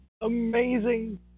amazing